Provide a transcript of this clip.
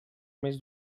més